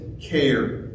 care